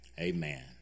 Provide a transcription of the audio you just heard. Amen